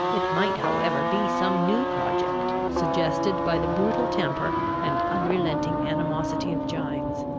it might however be some new project, suggested by the brutal temper and unrelenting animosity of gines.